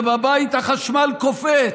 ובבית החשמל קופץ.